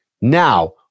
Now